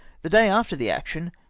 the day after the action,